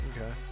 Okay